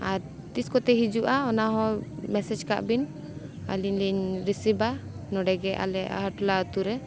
ᱟᱨ ᱛᱤᱥ ᱠᱚᱛᱮ ᱦᱤᱡᱩᱜᱼᱟ ᱚᱱᱟ ᱦᱚᱸ ᱢᱮᱥᱮᱡᱽ ᱠᱟᱜ ᱵᱤᱱ ᱟᱹᱞᱤᱧ ᱞᱤᱧ ᱨᱤᱥᱤᱵᱷᱟ ᱱᱚᱸᱰᱮ ᱜᱮ ᱟᱞᱮ ᱟᱦᱟᱨᱴᱚᱞᱟ ᱟᱛᱳᱨᱮ